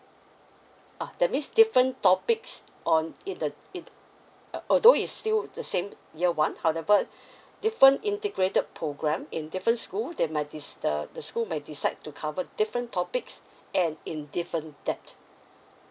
uh that means different topics on in the in the although it's still the same year one however different integrated programme in different school they might dis~ the the school might decide to cover different topics and in different depth